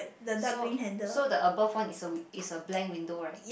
so so the above one is a w~ is a blank window right